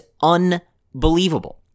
unbelievable